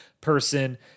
person